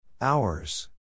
Hours